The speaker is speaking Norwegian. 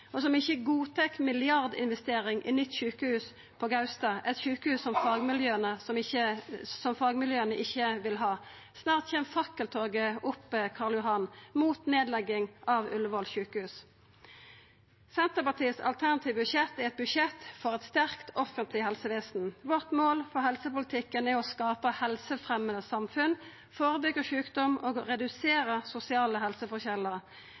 og som ikkje godtar milliard-investering i nytt sjukehus på Gaustad, eit sjukehus som fagmiljøa ikkje vil ha. Snart kjem fakkeltoget opp Karl Johan, mot nedlegging av Ullevål sjukehus. Senterpartiet sitt alternative budsjett er eit budsjett for eit sterkt offentleg helsevesen. Vårt mål for helsepolitikken er å skapa helsefremjande samfunn, førebyggja sjukdom og